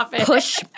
push